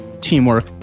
teamwork